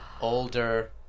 older